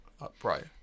upright